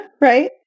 Right